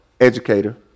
educator